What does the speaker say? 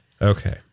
Okay